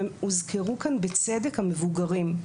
והוזכרו פה בצדק המבוגרים,